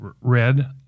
red